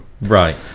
right